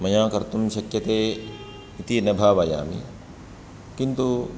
मया कर्तुं शक्यते इति न भावयामि किन्तु